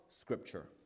Scripture